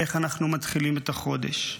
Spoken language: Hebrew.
איך אנחנו מתחילים את החודש?